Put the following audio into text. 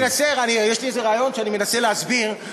יש לי איזה רעיון שאני מנסה להסביר.